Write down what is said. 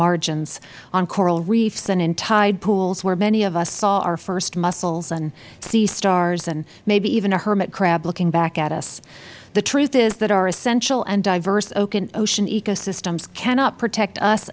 margins on coral reefs and in tide pools where many of us saw our first mussels and sea stars and maybe even a hermit crab looking back at us the truth is that our essential and diverse ocean ecosystems cannot protect us